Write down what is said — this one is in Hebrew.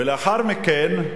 ולאחר מכן,